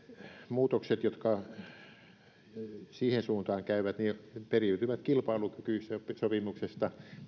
muutokset jotka siihen suuntaan käyvät periytyvät kilpailukykysopimuksesta